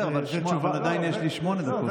בסדר, ועדיין יש לי שמונה דקות.